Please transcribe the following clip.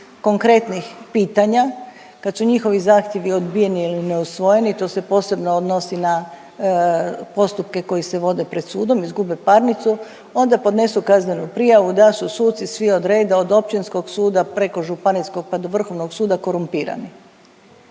konkretnih pitanja, kad su njihovi zahtjevi odbijeni ili neusvojeno, to se posebno odnosi na postupke koji se vode pred sudom, izgube parnicu, onda podnesu kazneni prijavu da su suci svi od reda, od općinskog suda, preko županijskog pa do Vrhovnog suda korumpirani.